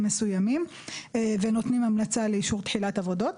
מסוימים ונותנים המלצה לאישור תחילת עבודה,